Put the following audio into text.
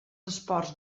esports